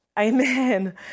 Amen